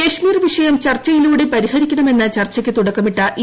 കശ്മീർവിഷയംചർച്ചയിലൂടെ പരിഹരിക്കണമെന്ന്ചർച്ചയ്ക്ക്തുടക്കമിട്ട ഇ